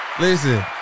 Listen